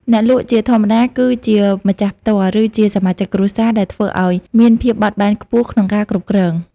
អ្នកលក់ជាធម្មតាគឺជាម្ចាស់ផ្ទាល់ ឬជាសមាជិកគ្រួសារ ដែលធ្វើឱ្យមានភាពបត់បែនខ្ពស់ក្នុងការគ្រប់គ្រង។